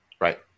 Right